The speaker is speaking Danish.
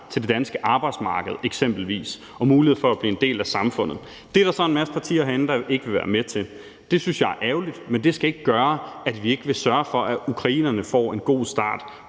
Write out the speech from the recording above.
det danske arbejdsmarked og få mulighed for at blive en del af samfundet. Det er der så en masse partier herinde, der ikke vil være med til. Det synes jeg er ærgerligt, men det skal ikke gøre, at vi ikke vil sørge for, at ukrainerne får en god start